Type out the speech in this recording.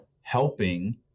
helping